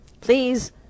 please